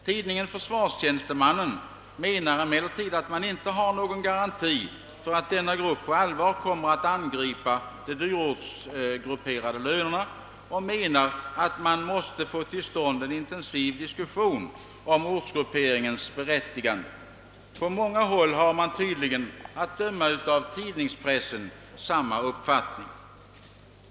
Tidningen Försvarstjänstemannen menar emellertid att man inte har någon garanti för att denna grupp på allvar kommer att angripa de dyrortsgrupperade lönerna och att man måste få till stånd en intensiv diskussion om dyrortsgrupperingens =+berättigande. På många håll har man tydligen — att döma av tidningspressen — samma uppfattning.